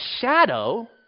shadow